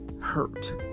hurt